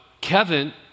Kevin